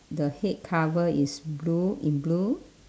the head cover is blue in blue